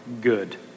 good